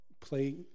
play